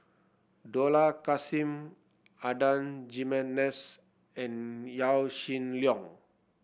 Dollah Kassim Adan Jimenez and Yaw Shin Leong